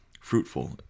fruitful